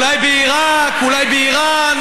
אולי בעיראק, אולי באיראן,